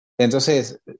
Entonces